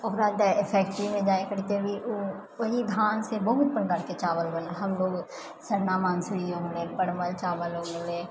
ओकरा फैक्ट्रीमे जाइ करके भी ओ ओही धानसँ बहुत प्रकारके चावल बनै है हमलोग सरना मंसूरी हो गेलै परवल चावल हो गेलै